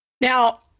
Now